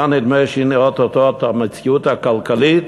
היה נדמה שהנה, או-טו-טו, המציאות הכלכלית